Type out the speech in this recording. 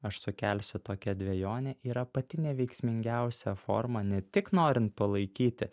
aš sukelsiu tokią dvejonę yra pati neveiksmingiausia forma ne tik norint palaikyti